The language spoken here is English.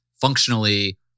functionally